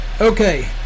okay